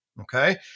Okay